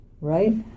right